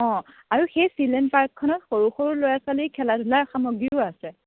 অ আৰু সেই ছিলড্ৰেন পাৰ্কখনত সৰু সৰু ল'ৰা ছোৱালীৰ খেলা ধূলা সামগ্ৰীও আছে